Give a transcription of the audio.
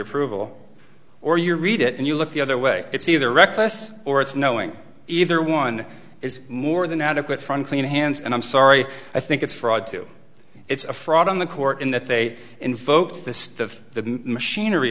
approval or you read it and you look the other way it's either reckless or it's knowing either one is more than adequate from clean hands and i'm sorry i think it's fraud too it's a fraud on the court in that they